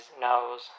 nose